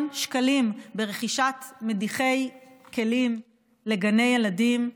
שקלים ברכישת מדיחי כלים לגני ילדים.